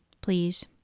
please